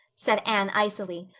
said anne icily,